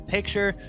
Picture